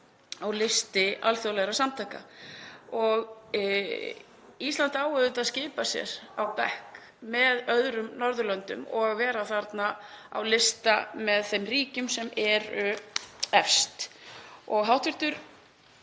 á lista alþjóðlegra samtaka. Ísland á auðvitað að skipa sér á bekk með öðrum Norðurlöndum og vera þarna á lista með þeim ríkjum sem eru efst. Hv.